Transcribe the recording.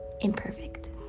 imperfect